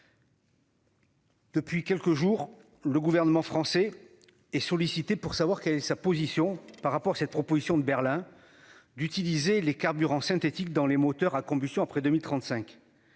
Depuis quelques jours le gouvernement français est sollicité pour savoir quelle est sa position par rapport à cette proposition de Berlin. D'utiliser les carburants synthétiques dans les moteurs à combustion après 2035.